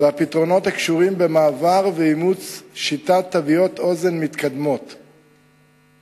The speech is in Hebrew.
ואת הפתרונות הקשורים במעבר לשיטת תוויות אוזן מתקדמות ולאימוצה.